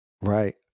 Right